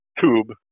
tube